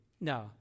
no